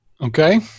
okay